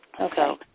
Okay